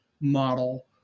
model